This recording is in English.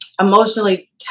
emotionally